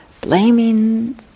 blaming